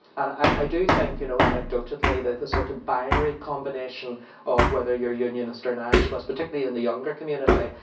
i do think, you know, anecdotally, that the sort of binary combination of whether you're unionist or nationalist, particular in the younger community,